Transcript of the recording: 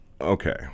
okay